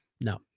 no